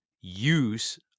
use